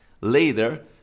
Later